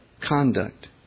conduct